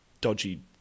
dodgy